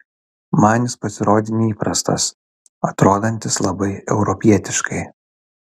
man jis pasirodė neįprastas atrodantis labai europietiškai